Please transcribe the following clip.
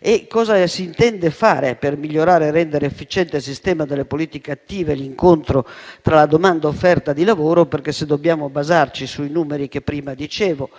infine, cosa si intende fare per migliorare e rendere efficiente il sistema delle politiche attive e l'incontro tra domanda e offerta di lavoro. Perché se dobbiamo basarci sui numeri a cui facevo